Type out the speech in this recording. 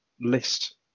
list